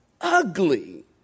ugly